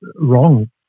wrong